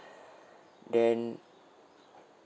then